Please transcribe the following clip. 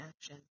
action